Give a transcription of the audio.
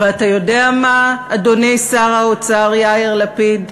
ואתה יודע מה, אדוני שר האוצר יאיר לפיד?